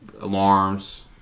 alarms